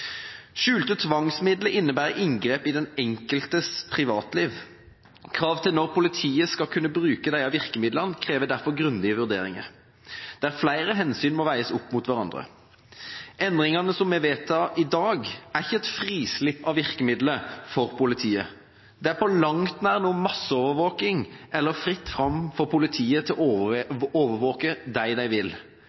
Skjulte tvangsmidler innebærer inngrep i den enkeltes privatliv. Krav til når politiet skal kunne bruke disse virkemidlene, krever derfor grundige vurderinger, der flere hensyn må veies opp mot hverandre. Endringene vi vedtar i dag, er ikke et frislipp av virkemidler for politiet. Det er på langt nær noen masseovervåkning eller fritt fram for politiet til å overvåke dem de vil.